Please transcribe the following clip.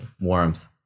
Warmth